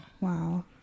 Wow